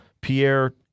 Pierre